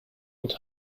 und